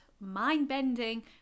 mind-bending